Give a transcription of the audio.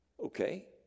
Okay